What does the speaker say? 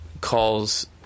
calls